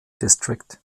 district